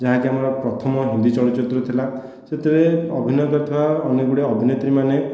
ଯାହାକି ଆମର ପ୍ରଥମ ହିନ୍ଦୀ ଚଳଚିତ୍ର ଥିଲା ସେଥିରେ ଅଭିନୟ କରିଥିବା ଅନେକ ଗୁଡ଼ିଏ ଅଭିନେତ୍ରୀମାନେ